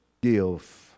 give